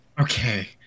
Okay